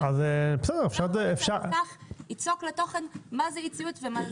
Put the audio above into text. צריך ליצוק לה תוכן, מה זה אי-ציות.